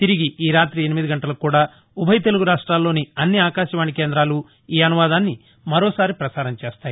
తిరిగి ఈ రాతి ఎనిమిది గంటలకు కూడా ఉభయ తెలుగు రాష్ట్లాల లోని అన్ని ఆకాశవాణి కేంద్రాలు ఈ అనువాదాన్ని మరోసారి పసారం చేస్తాయి